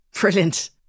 brilliant